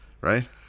right